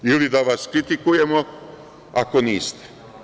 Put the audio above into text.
Ili da vas kritikujemo, ako niste.